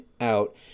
out